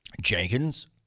Jenkins